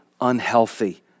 unhealthy